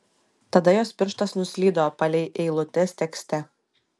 tada jos pirštas nuslydo palei eilutes tekste